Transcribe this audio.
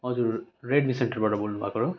हजुर रेडमी सेन्टरबाट बोल्नु भएको हो